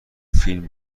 فیلم